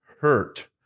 hurt